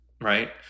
Right